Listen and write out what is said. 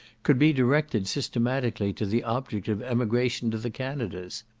could be directed systematically to the object of emigration to the canadas.